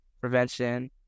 prevention